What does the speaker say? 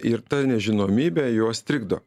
ir ta nežinomybė juos trikdo